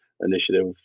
initiative